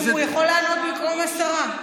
הוא יכול לענות במקום השרה.